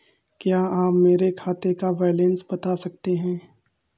क्या आप मेरे खाते का बैलेंस बता सकते हैं?